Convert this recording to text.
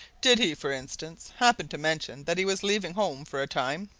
did he, for instance, happen to mention that he was leaving home for a time?